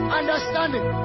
understanding